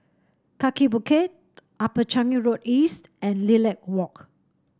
Kaki Bukit Upper Changi Road East and Lilac Walk